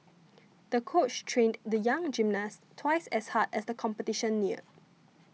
the coach trained the young gymnast twice as hard as the competition neared